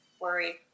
worry